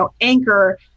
anchor